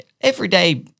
everyday